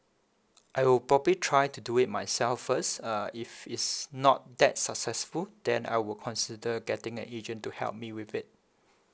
I will probably try to do it myself first uh if it's not that successful then I will consider getting a agent to help me with it